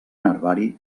herbari